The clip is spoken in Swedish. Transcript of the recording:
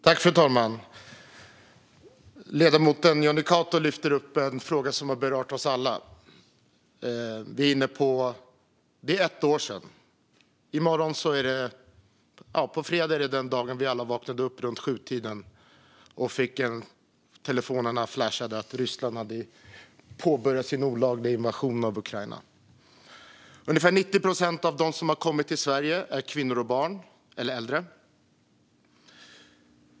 Fru talman! Ledamoten Jonny Cato lyfter fram en fråga som har berört oss alla. På fredag har det gått ett år sedan den dag då vi vaknade upp och fick telefonerna "flashade" av att Ryssland hade påbörjat sin olagliga invasion av Ukraina. Ungefär 90 procent av dem som har kommit till Sverige är kvinnor, barn eller äldre.